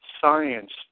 science